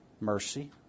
Mercy